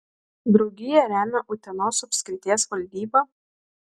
draugiją remia utenos apskrities valdyba